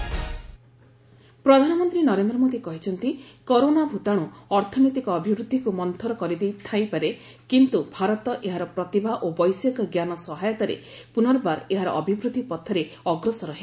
PM growth ପ୍ରଧାନମନ୍ତ୍ରୀ ନରେନ୍ଦ୍ର ମୋଦୀ କହିଛନ୍ତି corona ଭୂତାଣୁ ଅର୍ଥନୈତିକ ଅଭିବୃଦ୍ଧିକୁ ମନ୍ତ୍ରର କରିଦେଇଥାଇପାରେ କିନ୍ତୁ ଭାରତ ଏହାର ପ୍ରତିଭା ଓ ବୈଷୟିକ ଜ୍ଞାନ ସହାୟତାରେ ପୁନର୍ବାର ଏହାର ଅଭିବୃଦ୍ଧି ପଥରେ ଅଗ୍ରସର ହେବ